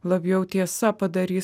labiau tiesa padarys